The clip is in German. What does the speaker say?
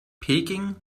peking